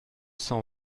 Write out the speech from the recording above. cent